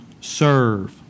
serve